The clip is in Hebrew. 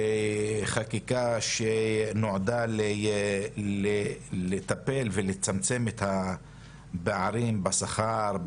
וחקיקה שנועדה לטפל ולצמצם את הפערים בשכר,